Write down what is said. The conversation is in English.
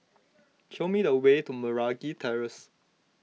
show me the way to Meragi Terrace